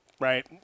right